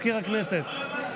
הם לא היו.